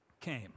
came